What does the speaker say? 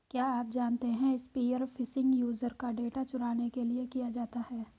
क्या आप जानते है स्पीयर फिशिंग यूजर का डेटा चुराने के लिए किया जाता है?